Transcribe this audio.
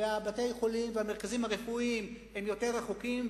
ובתי-החולים והמרכזים הרפואיים הם יותר רחוקים,